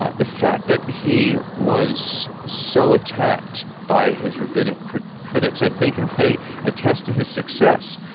ah the fact that he was so attacked by his rabbinic critics, i think, in a way attests to his success.